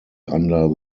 under